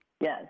Yes